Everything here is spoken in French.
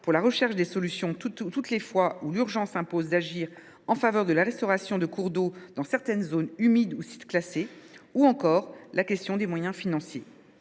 pour la recherche de solutions toutes les fois où l’urgence impose d’agir en faveur de la restauration de cours d’eau dans certaines zones humides ou sites classés, et la question des moyens financiers.